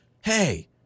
hey